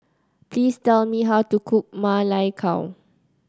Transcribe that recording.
please tell me how to cook Ma Lai Gao